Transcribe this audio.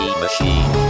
machine